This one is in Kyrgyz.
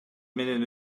менен